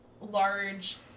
large